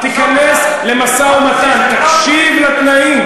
תיכנס למשא-ומתן, תקשיב לתנאים.